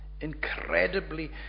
incredibly